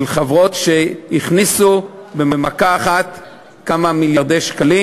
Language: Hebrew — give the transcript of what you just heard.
של חברות שהכניסו במכה אחת כמה מיליארדי שקלים.